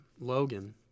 Logan